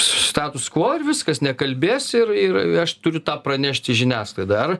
status kvo ir viskas nekalbės ir ir aš turiu tą pranešti žiniasklaidai ar